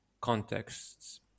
contexts